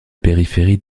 périphérie